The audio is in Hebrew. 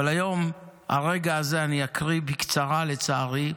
הרגע הזה אני אקריא, בקצרה, לצערי,